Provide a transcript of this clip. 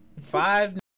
five